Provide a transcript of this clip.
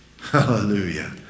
Hallelujah